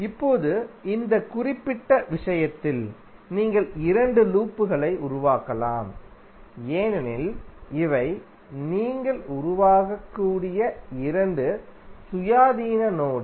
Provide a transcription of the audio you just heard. இப்போது இந்த குறிப்பிட்ட விஷயத்தில் நீங்கள் இரண்டு லூப்களை உருவாக்கலாம் ஏனெனில் இவை நீங்கள் உருவாக்கக்கூடிய இரண்டு சுயாதீன நோடு